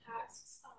tasks